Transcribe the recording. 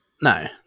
No